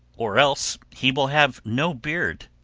or else he will have no beard,